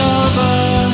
over